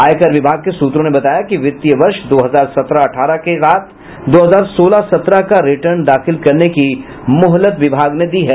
आयकर विभाग के सूत्रों ने बताया कि वित्तीय वर्ष दो हजार सत्रह अठारह के साथ दो हजार सोलह सत्रह का रिटर्न दाखिल करने की मोहलत विभाग ने दी है